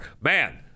Man